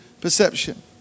perception